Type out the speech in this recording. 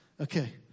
Okay